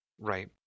Right